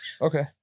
Okay